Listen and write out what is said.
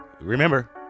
remember